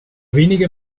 wenige